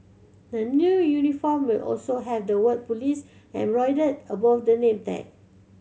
the new uniform will also have the word police embroidered above the name tag